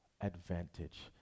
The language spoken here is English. advantage